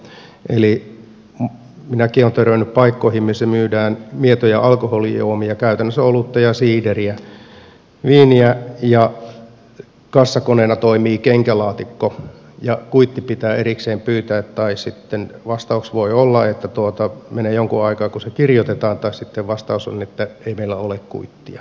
eli minäkin olen törmännyt paikkoihin missä myydään mietoja alkoholijuomia ja käytännössä olutta ja siideriä ja viiniä ja kassakoneena toimii kenkälaatikko ja kuitti pitää erikseen pyytää tai sitten vastaus voi olla että menee jonkun aikaa kun se kirjoitetaan tai sitten vastaus on että ei meillä ole kuittia